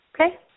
Okay